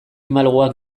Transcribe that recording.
malguak